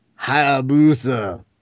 Hayabusa